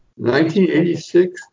1986